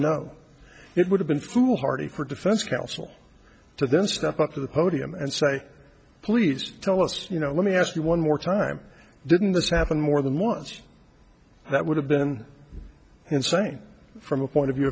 no it would have been foolhardy for defense counsel to then step up to the podium and say please tell us you know let me ask you one more time didn't this happen more than once that would have been insane from a point of view